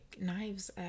knives